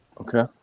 Okay